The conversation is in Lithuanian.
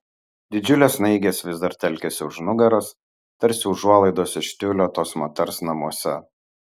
didžiulės snaigės vis dar telkėsi už nugaros tarsi užuolaidos iš tiulio tos moters namuose